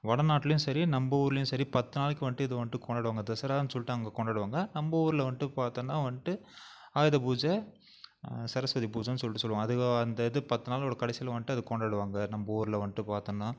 வடநாட்லேயும் சரி நம்ம ஊர்லேயும் சரி பத்து நாளைக்கு வந்துட்டு இது வந்துட்டு கொண்டாடுவாங்க தசரான்னு சொல்லிட்டு அவங்க கொண்டாடுவாங்க நம்ம ஊரில் வந்துட்டு பார்த்தோன்னா வந்துட்டு ஆயுதபூஜை சரஸ்வதி பூஜைன்னு சொல்லிட்டு சொல்வோம் அது அந்த இது பத்துநாளோடய கடைசியில் வந்துட்டு அது கொண்டாடுவாங்க நம்ம ஊரில் வந்துட்டு பார்த்தோன்னா